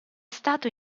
stato